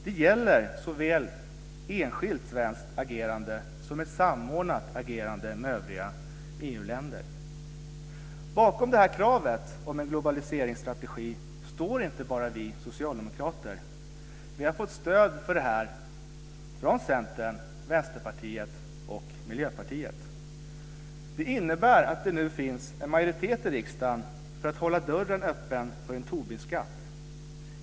Det gäller såväl enskilt svenskt agerande som ett samordnat agerande med övriga Bakom kravet om en globaliseringsstrategi står inte bara vi socialdemokrater. Vi har fått stöd för detta från Centern, Vänsterpartiet och Miljöpartiet. Det innebär att det nu finns en majoritet i riksdagen för att hålla dörren öppen för en Tobiskatt.